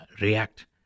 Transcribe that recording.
react